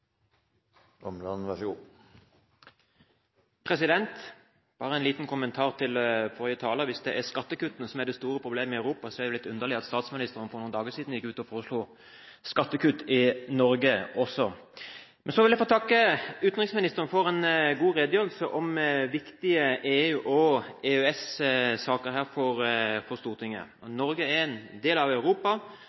skattekuttene som er det store problemet i Europa, er det litt underlig at statsministeren for noen dager siden gikk ut og foreslo skattekutt i Norge også. Så vil jeg få takke utenriksministeren for en god redegjørelse for Stortinget om viktige EU- og EØS-saker. Norge er en del av Europa. Utviklingen i EU vil også ha stor betydning for oss, selv om vi ikke er medlem. EØS-avtalen gir oss nødvendig tilgang til det indre markedet i Europa.